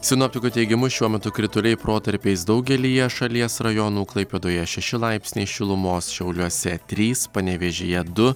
sinoptikų teigimu šiuo metu krituliai protarpiais daugelyje šalies rajonų klaipėdoje šeši laipsniai šilumos šiauliuose trys panevėžyje du